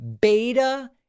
beta